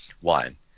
One